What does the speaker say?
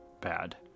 bad